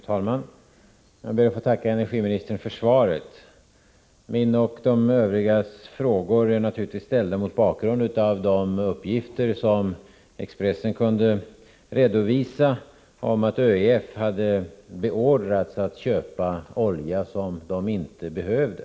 Fru talman! Jag ber att få tacka energiministern för svaret. Mina och de övrigas frågor är naturligtvis ställda mot bakgrund av de uppgifter som Expressen kunde redovisa om att ÖEF hade beordrats att köpa olja som ÖEF inte behövde.